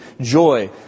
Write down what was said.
Joy